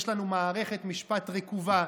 יש לנו מערכת משפט רקובה,